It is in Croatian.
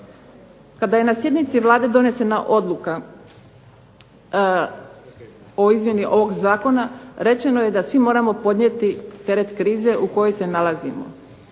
Kada je na sjednici Vlade donesena odluka o izmjeni ovog zakona rečeno je da svi moramo podnijeti teret krize u kojoj se nalazimo.